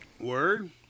Word